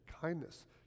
kindness